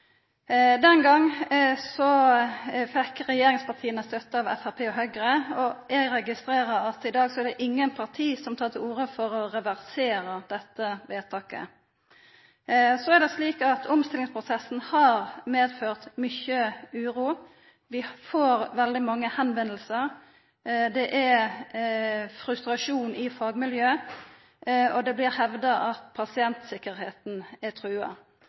Den gongen fekk regjeringspartia støtte av Framstegspartiet og Høgre. Eg registrerer at i dag er det ingen parti som tek til orde for å reversera dette vedtaket. Så er det slik at omstillingsprosessen har medført mykje uro. Vi får veldig mange spørsmål. Det er frustrasjon i fagmiljøet, og det blir hevda at pasienttryggleiken er trua.